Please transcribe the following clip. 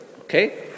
Okay